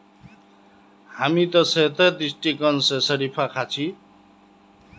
हामी त सेहतेर दृष्टिकोण स शरीफा खा छि